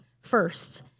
first